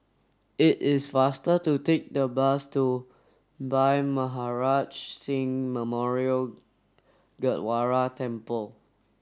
it is faster to take the bus to Bhai Maharaj Singh Memorial Gurdwara Temple